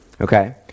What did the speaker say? okay